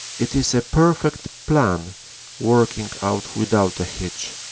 it is a perfect plan working out without a hitch.